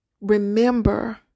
remember